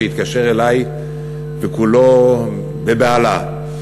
שהתקשר אלי וכולו בהלה.